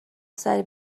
سری